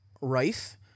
rife